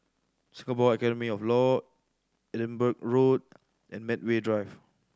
Singapore Academy of Law Edinburgh Road and Medway Drive